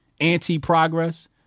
anti-progress